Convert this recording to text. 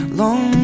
long